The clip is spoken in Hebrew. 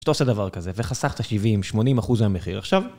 שאתה עושה דבר כזה, וחסכת 70-80% מהמחיר. עכשיו...